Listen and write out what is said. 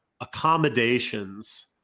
accommodations